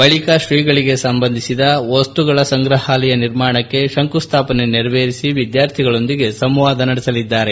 ಬಳಿಕ ಶ್ರೀಗಳಿಗೆ ಸಂಬಂಧಿಸಿದ ವಸ್ತುಗಳ ಸಂಗ್ರಹಾಲಯ ನಿರ್ಮಾಣಕ್ಕೆ ಶಂಕುಸ್ನಾಪನೆ ನೆರವೇರಿಸಿ ವಿದ್ಯಾರ್ಥಿಗಳೊಂದಿಗೆ ಸಂವಾದ ನಡೆಸಲಿದ್ದಾರೆ